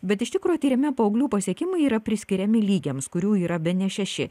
bet iš tikro tyrime paauglių pasiekimai yra priskiriami lygiams kurių yra bene šeši